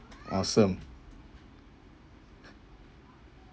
awesome